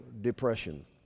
depression